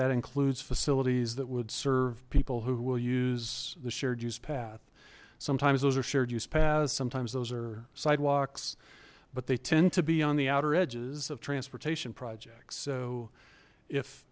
that includes facilities that would serve people who will use the shared use path sometimes those are shared use paths sometimes those are sidewalks but they tend to be on the outer edges of transportation projects so if